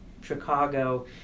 Chicago